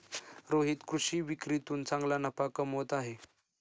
रोहित कृषी विक्रीतून चांगला नफा कमवत आहे